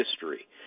history